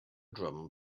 drum